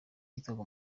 yitwaga